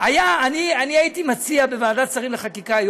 הייתי מציע לוועדת שרים לחקיקה,